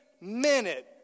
minute